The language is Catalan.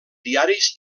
diaris